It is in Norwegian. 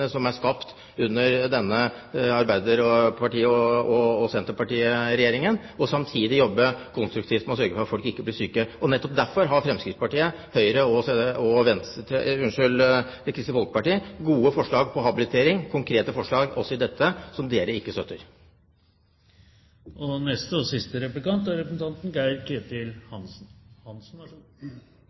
som er skapt under regjeringen med Arbeiderpartiet og Senterpartiet, og samtidig jobbe konstruktivt for å sørge for at folk ikke blir syke. Nettopp derfor har Fremskrittspartiet, Høyre og Kristelig Folkeparti gode forslag på habilitering, konkrete forslag til dette som dere ikke støtter. Det blir en oppfølging av det samme, og det går på finansiering, for en meget sentral del av hele reformen er